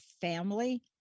family